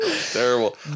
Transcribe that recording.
Terrible